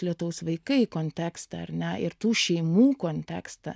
lietaus vaikai kontekstą ar ne ir tų šeimų kontekstą